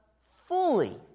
fully